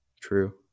True